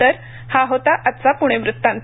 तर हा होता आजचा प्णे वृत्तांत